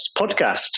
podcast